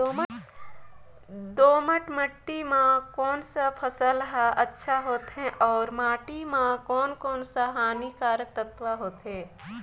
दोमट माटी मां कोन सा फसल ह अच्छा होथे अउर माटी म कोन कोन स हानिकारक तत्व होथे?